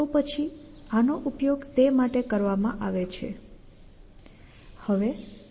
તો પછી આનો ઉપયોગ તે માટે કરવામાં આવે છે